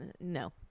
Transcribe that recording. No